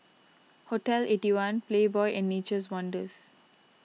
Hotel Eighty One Playboy and Nature's Wonders